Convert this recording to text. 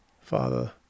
Father